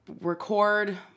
record